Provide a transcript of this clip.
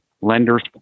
lender's